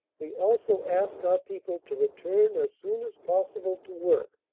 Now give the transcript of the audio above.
we also ask our people to return as soon as possible to work.